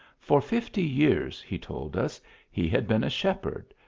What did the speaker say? for fifty years, he told us, he had been a shepherd,